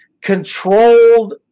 controlled